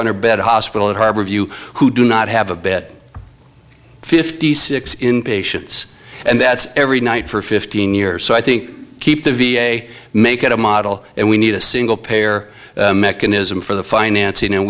hundred bed hospital at harborview who do not have a bed fifty six in patients and that's every night for fifteen years so i think keep the v a make it a model and we need a single payer mechanism for the financing and